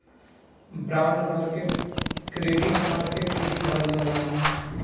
bond market के credit market भी कहल जाला